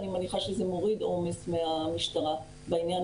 אני מניחה שזה מוריד עומס מהמשטרה בעניין